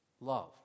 love